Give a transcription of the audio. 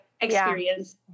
experience